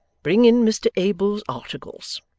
bring in mr abel's articles